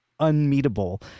unmeetable